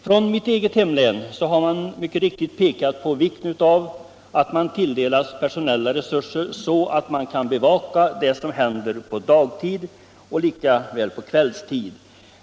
Från mitt eget hemlän har man mycket riktigt pekat på vikten av att man tilldelas personella resurser så att man kan bevaka det som händer såväl på dagtid som på kvällstid.